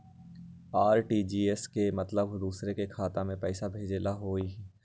RTGS के मतलब दूसरे के खाता में पईसा भेजे होअ हई?